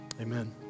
Amen